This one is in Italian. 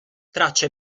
tracce